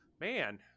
man